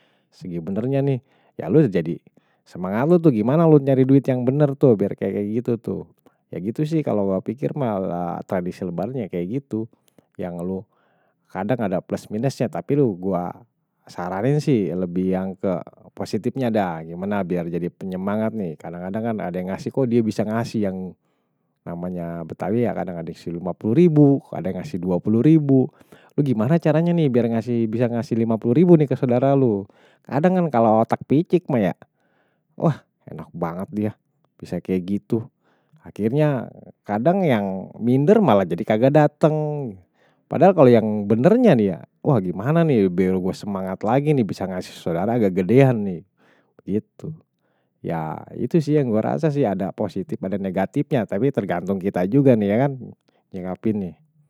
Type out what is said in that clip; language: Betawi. Segi benernya nih, ya lu jadi, semangat lu tuh gimana lu cari duit yang bener tuh, biar kayak gitu tuh. Ya gitu sih, kalo gua pikir malah tradisi lebaranya kayak gitu. Yang lu kadang ada plus minusnya, tapi lu gua saranin sih, lebih yang ke positifnya dah, gimana biar jadi penyemangat nih. Kadang-kadang kan ada yang ngasih, kok dia bisa ngasih yang namanya betawi ya, kadang ada yang ngasih lima puluh ribu, ada yang ngasih dua puluh ribu. Lu gimana caranya nih, biar bisa ngasih lima puluh ribu nih ke saudara lu. Kadang kan kalo otak picik mah ya, wah enak banget dia, bisa kayak gitu. Akhirnya kadang yang minder malah jadi kagak dateng. Padahal kalo yang benernya nih, wah gimana nih, biar gua semangat lagi nih, bisa ngasih saudara agak gedean nih. Ya itu sih yang gua rasa sih, ada positif, ada negatifnya, tapi tergantung kita juga nih ya kan, nyingapin nih.